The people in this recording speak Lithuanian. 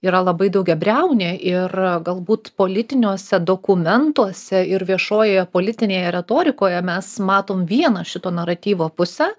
yra labai daugiabriaunė ir galbūt politiniuose dokumentuose ir viešojoje politinėje retorikoje mes matom vieną šito naratyvo pusę